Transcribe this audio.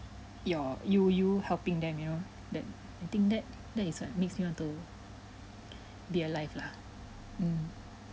you're you you helping them you know that I think that that is what makes me want to be alive lah mm